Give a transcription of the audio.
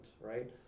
right